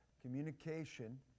Communication